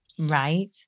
Right